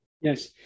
Yes